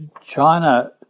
China